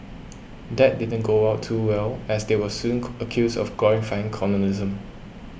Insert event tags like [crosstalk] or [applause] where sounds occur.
that didn't go well too well as they were soon [unintelligible] accused of glorifying colonialism